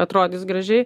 atrodys gražiai